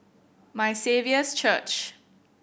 My Saviour's Church